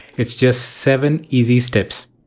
it is just seven easy steps.